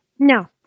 No